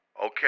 Okay